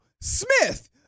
smith